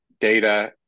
data